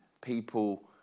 people